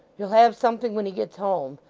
he'll have something when he gets home.